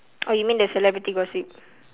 oh you mean the celebrity gossip